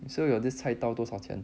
so your this 菜刀多少钱